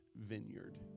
vineyard